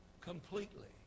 Completely